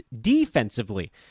defensively